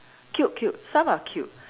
cute cute some are cute